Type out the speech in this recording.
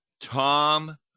tom